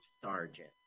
sergeant